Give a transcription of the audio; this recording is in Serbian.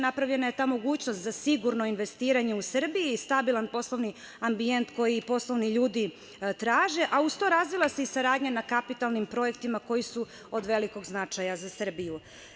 Napravljena je ta mogućnost za sigurno investiranje u Srbiji i stabilan poslovni ambijent, koji poslovni ljude traže, a uz to razvila se i saradnja na kapitalnim projektima koji su od velikog značaja za Srbiju.